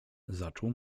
zaczął